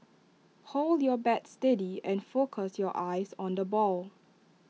hold your bat steady and focus your eyes on the ball